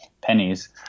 pennies